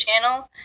channel